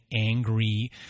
angry